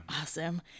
awesome